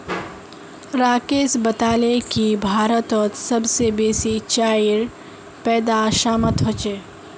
राकेश बताले की भारतत सबस बेसी चाईर पैदा असामत ह छेक